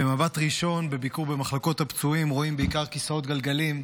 במבט ראשון בביקורים במחלקות הפצועים רואים בעיקר כיסאות גלגלים,